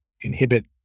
inhibit